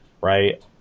right